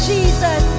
Jesus